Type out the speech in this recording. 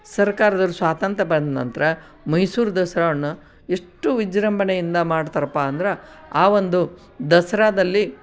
ಸರ್ಕಾರದವ್ರ್ ಸ್ವಾತಂತ್ರ್ಯ ಬಂದ ನಂತರ ಮೈಸೂರು ದಸರಾವನ್ನು ಎಷ್ಟು ವಿಜೃಂಭಣೆಯಿಂದ ಮಾಡ್ತಾರಪ್ಪ ಅಂದ್ರೆ ಆ ಒಂದು ದಸರಾದಲ್ಲಿ